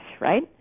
right